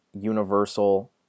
Universal